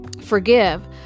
forgive